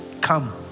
Come